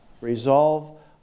Resolve